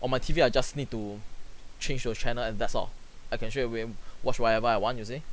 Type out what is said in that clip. on my T_V I just need to change to a channel and that's all I can straight away watch whatever I want you to see